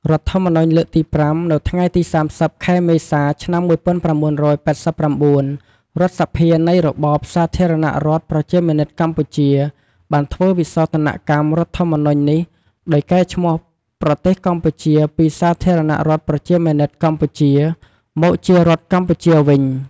រដ្ឋធម្មនុញ្ញលើកទី៥ នៅថ្ងៃទី៣០ ខែមេសា ឆ្នាំ១៩៨៩ រដ្ឋសភានៃរបបសាធារណរដ្ឋប្រជាមានិតកម្ពុជា បានធ្វើវិសោធនកម្មរដ្ឋធម្មនុញ្ញនេះដោយកែឈ្មោះប្រទេសកម្ពុជាពីសាធារណរដ្ឋប្រជាមានិតកម្ពុជា មកជារដ្ឋកម្ពុជាវិញ។